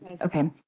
Okay